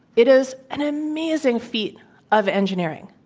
it is an amazing feat of engineering.